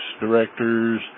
directors